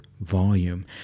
volume